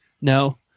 No